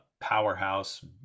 powerhouse